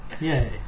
Yay